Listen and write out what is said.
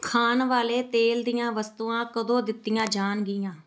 ਖਾਣ ਵਾਲੇ ਤੇਲ ਦੀਆਂ ਵਸਤੂਆਂ ਕਦੋਂ ਦਿੱਤੀਆਂ ਜਾਣਗੀਆਂ